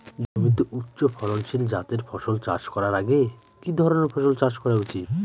জমিতে উচ্চফলনশীল জাতের ফসল চাষ করার আগে কি ধরণের ফসল চাষ করা উচিৎ?